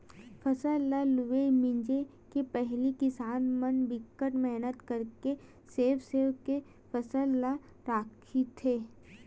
फसल ल लूए मिजे के पहिली किसान मन बिकट मेहनत करके सेव सेव के फसल ल राखथे